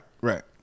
Right